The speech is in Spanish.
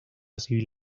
civil